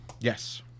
Yes